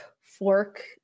fork